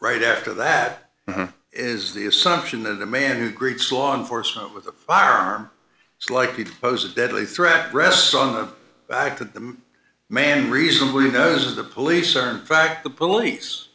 right after that is the assumption that a man who greets law enforcement with a firearm is likely to pose a deadly threat rests on the fact that the man reasonably those the police are in fact the police